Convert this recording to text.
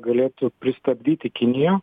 galėtų pristabdyti kiniją